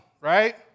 right